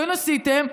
כן עשיתם,